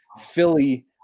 Philly